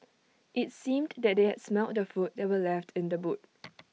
IT seemed that they had smelt the food that were left in the boot